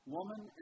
Woman